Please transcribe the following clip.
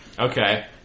Okay